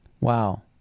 Wow